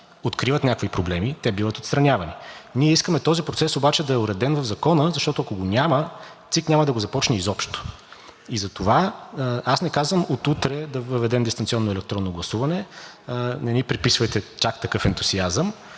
Откриват някакви проблеми – те биват отстранявани. Ние искаме този процес обаче да е уреден в Закона, защото, ако го няма, ЦИК няма да го започне изобщо. Не казвам от утре да въведем дистанционно електронно гласуване. Не ни приписвайте чак такъв ентусиазъм.